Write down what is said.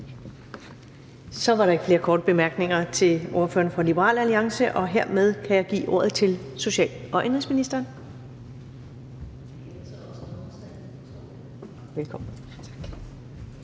Så er der ikke flere korte bemærkninger til ordføreren for Liberal Alliance. Hermed kan jeg give ordet til den fungerende